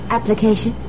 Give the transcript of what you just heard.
Application